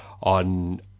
on